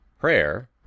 prayer